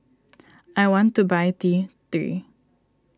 I want to buy T three